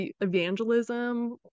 evangelism